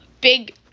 big